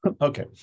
Okay